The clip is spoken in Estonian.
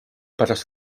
pärast